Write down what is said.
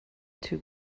too